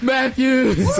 Matthews